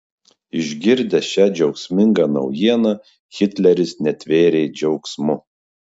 išgirdęs šią džiaugsmingą naujieną hitleris netvėrė džiaugsmu